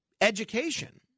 education